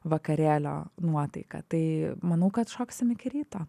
vakarėlio nuotaiką tai manau kad šoksim iki ryto